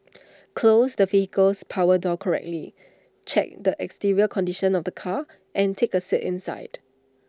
close the vehicle's power door correctly check the exterior condition of the car and take A sat inside